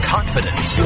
Confidence